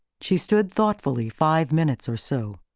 she stood thoughtfully five minutes or so.